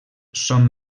són